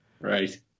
Right